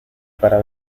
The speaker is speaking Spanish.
para